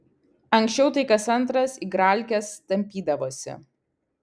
anksčiau tai kas antras igralkes tampydavosi